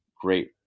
great